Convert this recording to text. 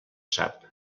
sap